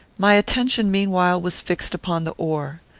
my attention, meanwhile, was fixed upon the oar.